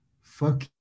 fuck